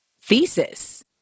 thesis